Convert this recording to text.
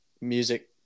music